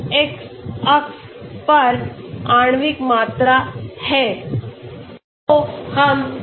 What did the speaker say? यह x अक्ष पर आणविक मात्रा है